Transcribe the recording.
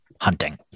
hunting